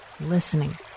listening